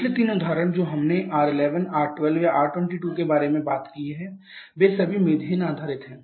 पिछले तीन उदाहरण जो हमने R11 R12 या R22 के बारे में बात की वे सभी मीथेन आधारित हैं